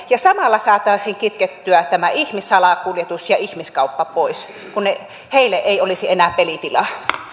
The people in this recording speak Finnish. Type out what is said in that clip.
ja samalla saataisiin kitkettyä tämä ihmissalakuljetus ja ihmiskauppa pois niin että niille ei olisi enää pelitilaa